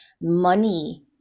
money